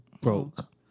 broke